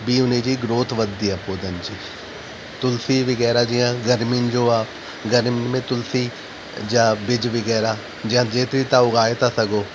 बि हुन जी ग्रौथ वधंदी आहे पौधनि जी तुलसी वग़ैरह जीअं गर्मियुनि जो आहे गर्मियुनि में तुलसी जा बीज वग़ैरह जीअं जेतिरी तव्हां उगाए था सघो